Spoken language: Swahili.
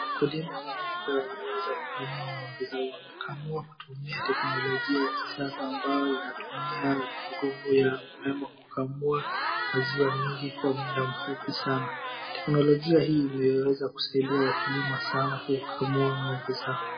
Mkulima wa ng'ombe ameweza kukamua ng'ombe zao. Amekamua kutumia teknolojia ya kisasa ambayo inatumia mgongo ya nembo kukamua maziwa kwa muda mfupi sana. Teknolojia hii imeweza kusaidia wakulima sana kukamua ng'ombe zao.